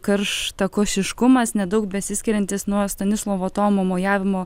karštakošiškumas nedaug besiskiriantis nuo stanislovo tomo mojavimo